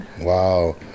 Wow